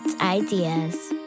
ideas